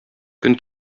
көн